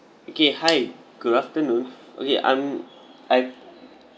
okay hi good afternoon okay I'm I